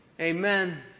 Amen